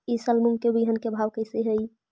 ई साल मूंग के बिहन के भाव कैसे हई?